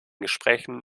gesprächen